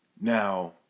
Now